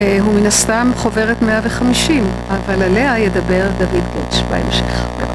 הוא מן הסתם חוברת 150, אבל עליה ידבר דוד פוטש בהמשך.